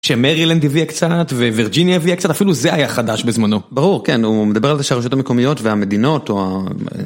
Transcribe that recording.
שמרילנד הביאה קצת, ווירג'יניה הביאה קצת, אפילו זה היה חדש בזמנו. ברור, כן, הוא מדבר על זה שהרשויות המקומיות והמדינות, או ה...